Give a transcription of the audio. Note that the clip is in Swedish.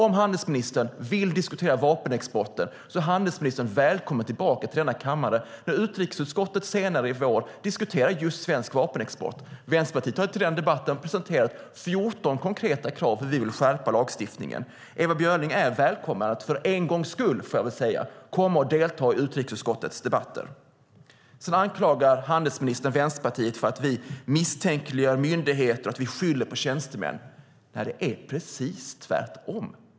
Om handelsministern vill diskutera vapenexporten är handelsministern välkommen tillbaka till kammaren när utrikesutskottet senare i vår debatterar just svensk vapenexport. Vänsterpartiet har till den debatten presenterat 14 konkreta krav för hur vi vill skärpa lagstiftningen. Ewa Björling är välkommen att för en gångs skull, får jag väl säga, delta i utrikesutskottets debatt. Handelsministern anklagar Vänsterpartiet för att vi misstänkliggör myndigheter och skyller på tjänstemän när det är precis tvärtom.